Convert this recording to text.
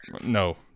No